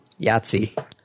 Yahtzee